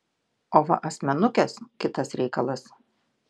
o va asmenukės kitas reikalas